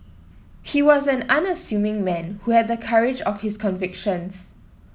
he was an unassuming man who had the courage of his convictions